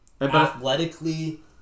athletically